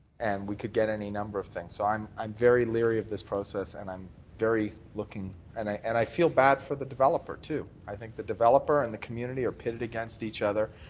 and we could get any number of things. i'm i'm very leery of this process, and i'm very looking and i and i feel bad for the developer too. i think the developer and the community are pitted against each other,